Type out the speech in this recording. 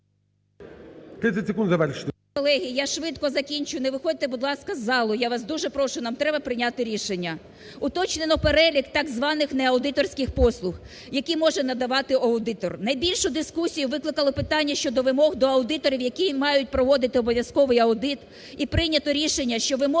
30 секунд, завершуйте.